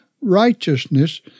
righteousness